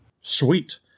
sweet